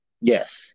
Yes